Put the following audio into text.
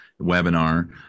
webinar